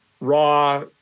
raw